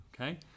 Okay